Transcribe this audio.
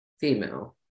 Female